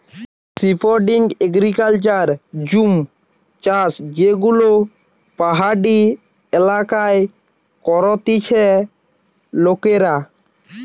shifting agriculture jhum চাষযেগুলো পাহাড়ি এলাকায় করতিছে লোকেরা